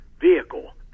vehicle